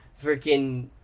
Freaking